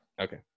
Okay